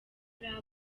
rimwe